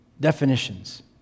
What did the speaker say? definitions